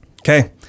Okay